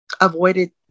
avoided